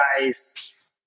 guys